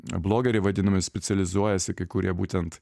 blogeriai vadinami specializuojasi kai kurie būtent